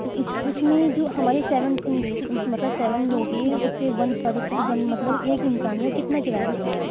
تو اِس اِس میں جو ہمارے سیون مطلب سیون لوگ ہیں اُس کے ون پرسن کا ون مطلب ایک انسان کا کتنا کرایہ لیں گے آپ